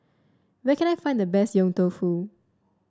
where can I find the best Yong Tau Foo